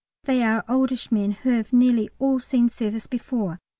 they are oldish men who have nearly all seen service before,